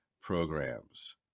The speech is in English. programs